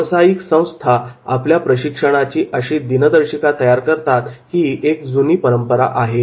व्यवसायिक संस्था आपल्या प्रशिक्षणाची अशी दिनदर्शिका तयार करतात ही एक जुनी परंपरा आहे